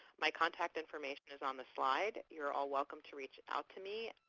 my contact information is on the slide. you are all welcome to reach out to me.